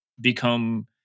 become